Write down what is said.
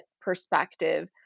perspective